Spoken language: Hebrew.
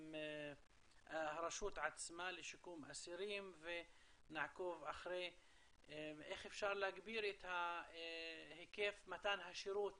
הרשות לשיקום אסירים ונעקוב איך אפשר להגביר את היקף מתן השירות